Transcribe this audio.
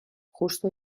justo